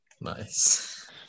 Nice